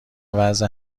وضع